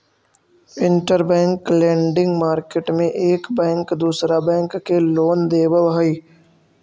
interbank lending market में एक bank दूसरा बैंक के लोन देवऽ हई